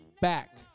back